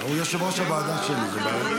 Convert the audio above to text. הוא יושב-ראש הוועדה שלי, זאת בעיה.